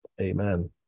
Amen